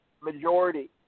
Majority